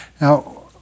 Now